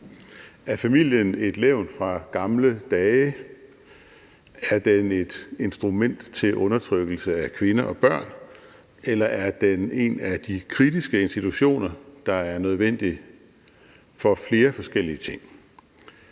Er familien et levn fra gamle dage, er den et instrument til undertrykkelse af kvinder og børn, eller er den en af de kritiske institutioner, der er nødvendig for flere forskellige ting,